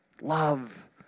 Love